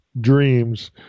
dreams